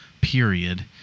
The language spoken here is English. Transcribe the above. period